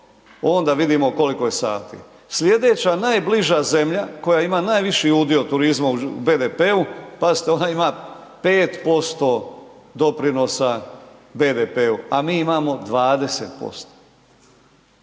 onda vidimo koliko je sati. Slijedeća najbliža zemlja koja ima najviši udio turizma u BDP-u, pazite ona ima 5% doprinosa BDP-u, a mi imamo 20%.